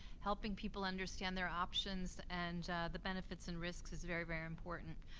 helping people understand their options and the benefits and risks is very, very important.